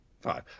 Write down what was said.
Five